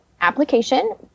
application